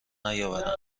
نیاوردند